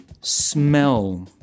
smell